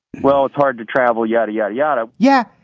well, it's hard to travel, yada, yada, yada, yeah